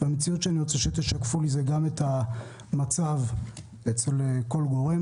גם את המצב אצל כל גורם,